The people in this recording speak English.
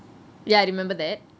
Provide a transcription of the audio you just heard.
ya I remember that